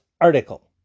article